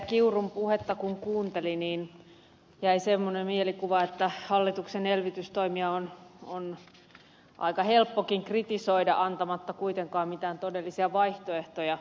kiurun puhetta niin jäi semmoinen mielikuva että hallituksen elvytystoimia on aika helppokin kritisoida antamatta kuitenkaan mitään todellisia vaihtoehtoja